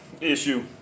issue